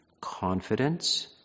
confidence